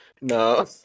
No